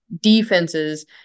defenses